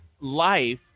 life